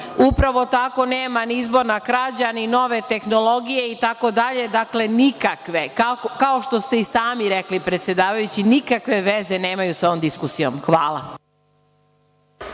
upravo tako nema ni izborna krađa, ni nove tehnologije, itd, dakle, nikakve. Kao što ste i sami rekli, predsedavajući, nikakve veze nemaju sa ovom diskusijom. Hvala.